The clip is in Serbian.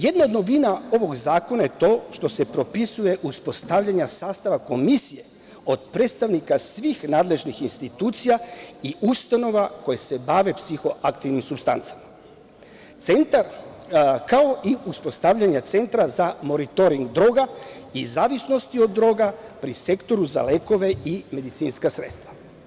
Jedna novina ovog zakona je to što se propisuje uspostavljanje sastava komisije od predstavnika svih nadležnih institucija i ustanova koje se bave psihoaktivnim supstancama, kao i uspostavljanja Centra za monitoring droga, zavisnosti od droga pri sektoru za lekove i medicinska sredstva.